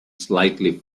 slightly